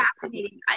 fascinating